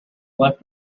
left